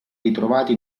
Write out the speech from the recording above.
ritrovati